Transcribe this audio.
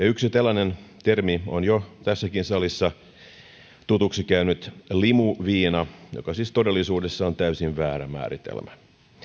yksi tällainen termi on jo tässäkin salissa tutuksi käynyt limuviina joka siis todellisuudessa on täysin väärä määritelmä